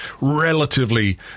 relatively